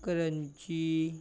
crunchy